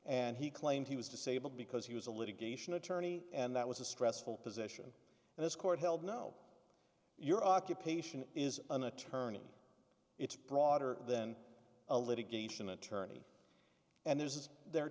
and he claimed he was disabled because he was a litigation attorney and that was a stressful position and this court held now your occupation is an attorney it's broader than a litigation attorney and there's is there